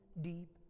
deep